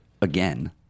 Again